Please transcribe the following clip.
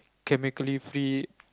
chemically free